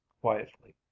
quietly